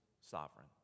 sovereign